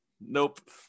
Nope